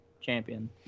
champion